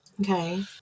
okay